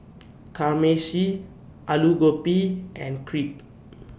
Kamameshi Alu Gobi and Crepe